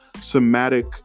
somatic